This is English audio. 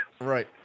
Right